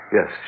Yes